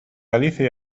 galicia